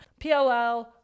PLL